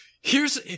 Here's-